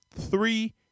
Three